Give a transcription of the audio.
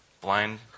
blind